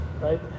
right